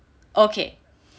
okay